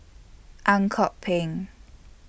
Ang Kok Peng